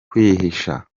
kwihisha